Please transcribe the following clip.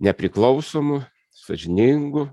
nepriklausomų sąžiningų